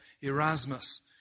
Erasmus